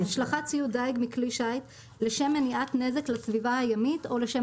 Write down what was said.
השלכת ציוד דיג מכלי שיט לשם מניעת נזק לסביבה הימית או לשם